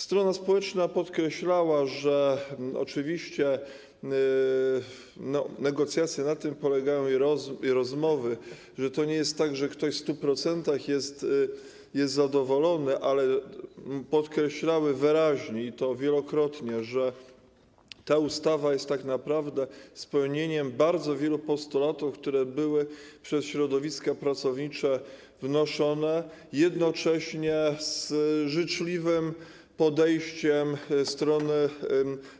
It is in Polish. Strona społeczna podkreślała, że negocjacje i rozmowy na tym polegają, że to nie jest tak, że ktoś w 100% jest zadowolony, i podkreślała wyraźnie, i to wielokrotnie, że ta ustawa jest tak naprawdę spełnieniem bardzo wielu postulatów, które były przez środowiska pracownicze wnoszone, jednocześnie z życzliwym podejściem strony